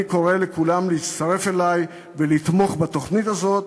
אני קורא לכולם להצטרף אלי ולתמוך בתוכנית הזו,